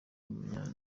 umunye